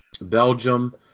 Belgium